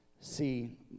See